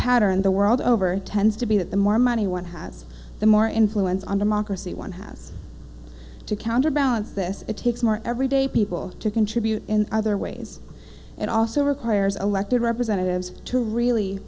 pattern the world over tends to be that the more money one has the more influence on democracy one has to counterbalance this it takes more everyday people to contribute in other ways and also requires elected representatives to really